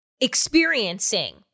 experiencing